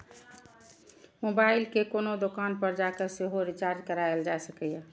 mobile कें कोनो दोकान पर जाके सेहो रिचार्ज कराएल जा सकैए